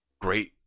great